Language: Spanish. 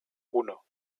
uno